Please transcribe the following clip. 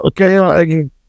Okay